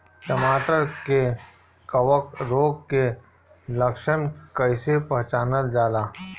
टमाटर मे कवक रोग के लक्षण कइसे पहचानल जाला?